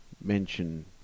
mention